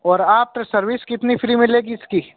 और after service कितनी free मिलेगी इसकी